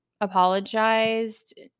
apologized